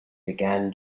began